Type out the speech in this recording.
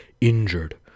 injured